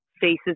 faces